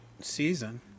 season